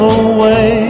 away